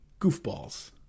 goofballs